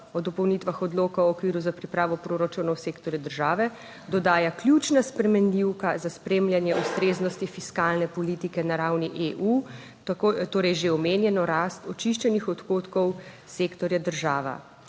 o dopolnitvah odloka o okviru za pripravo proračunov sektorja države dodaja ključna spremenljivka za spremljanje ustreznosti fiskalne politike na ravni EU. Torej, že omenjeno rast očiščenih odhodkov sektorja država.